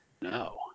No